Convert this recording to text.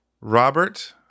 Robert